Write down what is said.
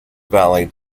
valley